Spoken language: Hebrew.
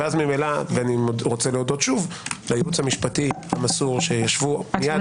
ואני מודה שוב לייעוץ המשפטי המסור שישבו מייד